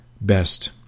best